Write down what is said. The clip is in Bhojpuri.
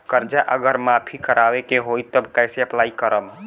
कर्जा अगर माफी करवावे के होई तब कैसे अप्लाई करम?